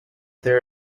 there